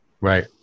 Right